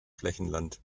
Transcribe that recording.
flächenland